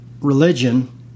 religion